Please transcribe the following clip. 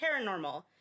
paranormal